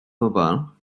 bobol